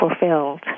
fulfilled